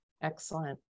Excellent